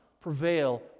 prevail